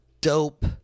dope